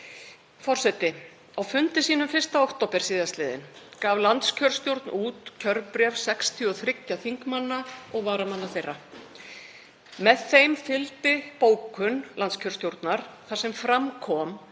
Forseti. Á fundi sínum 1. október sl. gaf landskjörstjórn út kjörbréf 63 þingmanna og varamanna þeirra. Með þeim fylgdi bókun landskjörstjórnar þar sem fram kom